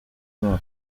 babo